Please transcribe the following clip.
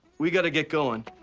we got to get going.